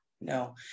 no